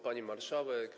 Pani Marszałek!